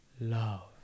love